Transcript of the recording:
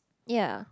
ya